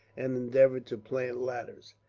and endeavoured to plant ladders.